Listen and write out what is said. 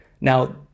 Now